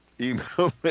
email